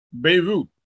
Beirut